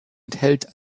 enthält